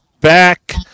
back